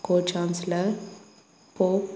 co chancellor pope